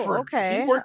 okay